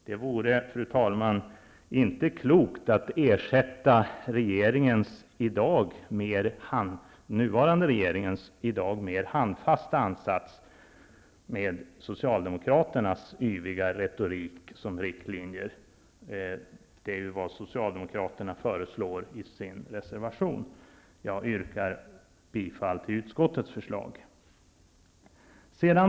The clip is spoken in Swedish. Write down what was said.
Det vore, fru talman, inte klokt att i dag ersätta den nuvarande regeringens mer handfasta ansats med de riklinjer som Socialdemokraternas yviga retorik innebär. Det är vad Socialdemokraterna föreslår i sin reservation. Jag yrkar bifall till utskottets förslag.